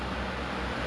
oh actually true